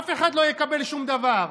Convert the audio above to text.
אף אחד לא יקבל שום דבר.